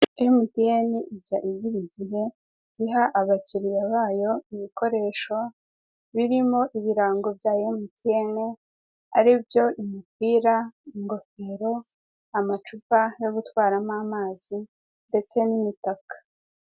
Emutiyene ijya igira igihe iha abakiliya bayo ibikoresho birimo ibirango bya emutiyene aribyo imipira, ingofero, amacupa yo gutwaramo amazi, ndetse n'imitaka.